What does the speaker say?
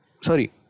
sorry